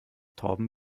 torben